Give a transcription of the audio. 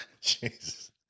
Jesus